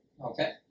Okay